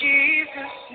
Jesus